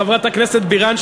חברת הכנסת בירן,